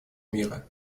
мира